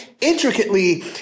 intricately